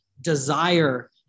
desire